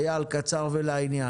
אייל, קצר ולעניין,